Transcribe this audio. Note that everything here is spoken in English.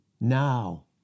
now